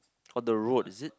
on the road is it